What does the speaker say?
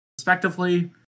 respectively